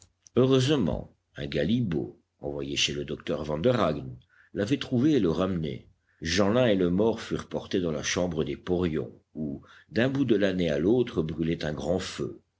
heureusement un galibot envoyé chez le docteur vanderhaghen l'avait trouvé et le ramenait jeanlin et le mort furent portés dans la chambre des porions où d'un bout de l'année à l'autre brûlait un grand feu